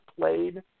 played